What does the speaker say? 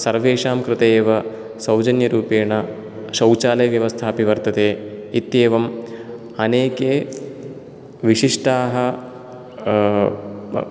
सर्वेषां कृते एव सौजन्यरूपेण शौचालयव्यवस्था अपि वर्तते इत्येवम् अनेके विशिष्टाः